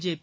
JP